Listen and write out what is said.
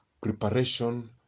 Preparation